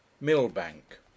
Millbank